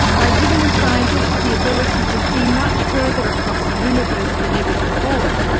by giving scientists the ability to see much further across the universe than ever before,